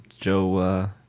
Joe